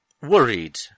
worried